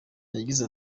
yagize